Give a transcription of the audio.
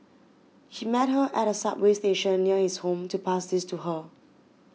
she met her at a subway station near his home to pass these to her